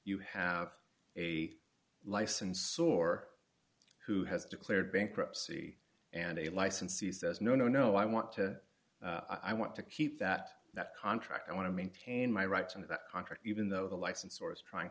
you have a license or who has declared bankruptcy and a licensee says no no no i want to i want to keep that that contract i want to maintain my rights and that contract even though the license or is trying